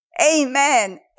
Amen